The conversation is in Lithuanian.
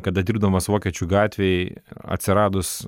kada dirbdamas vokiečių gatvėj atsiradus